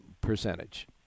percentage